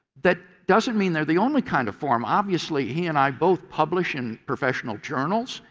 that doesn't mean they are the only kind of forum. obviously, he and i both publish in professional journals,